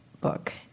book